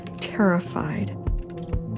terrified